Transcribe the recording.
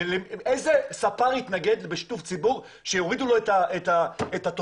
איזה ספר יתנגד באישור ציבור שיורידו לו את התוכנית?